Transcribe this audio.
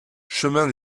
chemin